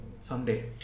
someday